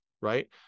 right